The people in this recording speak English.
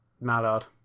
Mallard